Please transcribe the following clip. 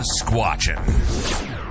squatching